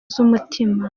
z’umutima